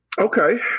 Okay